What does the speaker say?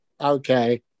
Okay